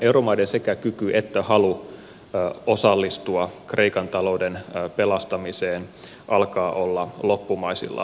euromaiden sekä kyky että halu osallistua kreikan talouden pelastamiseen alkaa olla loppumaisillaan